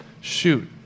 shoot